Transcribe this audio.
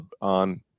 on